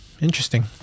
Interesting